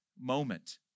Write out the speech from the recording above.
moment